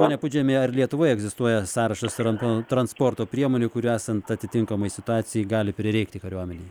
pone pudžemi ar lietuvoje egzistuoja sąrašas ir ant an transporto priemonių kurių esant atitinkamai situacijai gali prireikti kariuomenei